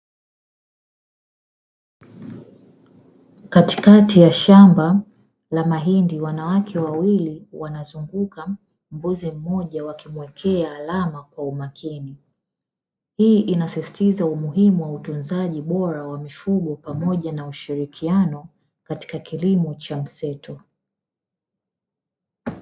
Katikati ya shamba la mahindi, wanawake wawili wanazunguka mbuzi mmoja, wakimuwekea alama kwa umakini. Hii inasisitiza umuhimu wa utunzaji bora wa mifugo pamoja na ushirikiano katika kilimo cha mseto.